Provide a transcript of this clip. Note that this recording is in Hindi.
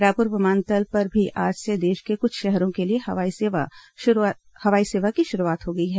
रायपुर विमानतल पर भी आज से देश के कुछ शहरों के लिए हवाई सेवा की शुरूआत हो गई है